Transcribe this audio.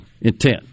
intent